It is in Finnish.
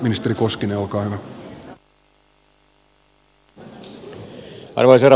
arvoisa herra puhemies